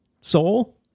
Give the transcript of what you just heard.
soul